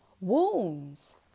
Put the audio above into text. wounds